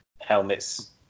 helmets